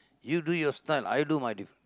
you do your style I do my different